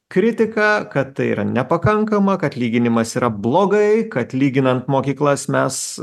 kritika kad tai yra nepakankama kad lyginimas yra blogai kad lyginant mokyklas mes